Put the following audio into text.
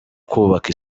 kubaka